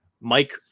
Mike